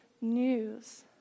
news